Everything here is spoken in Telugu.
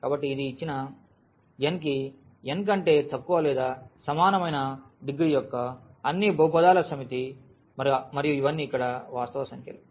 కాబట్టి ఇది ఇచ్చిన n కి n కంటే తక్కువ లేదా సమానమైన డిగ్రీ యొక్క అన్ని బహుపదాల సమితి మరియు ఇవన్నీ ఇక్కడ వాస్తవ సంఖ్యలు